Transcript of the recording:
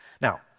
Now